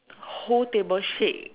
whole table shake